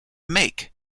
make